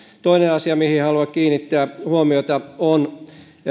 toinen asia mihin haluan kiinnittää huomiota on